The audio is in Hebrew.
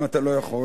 למה אתה לא יכול?